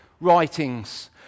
writings